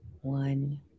one